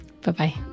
Bye-bye